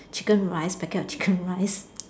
chicken rice packet of chicken rice